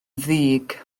ddig